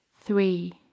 Three